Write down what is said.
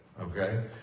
okay